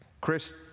Chris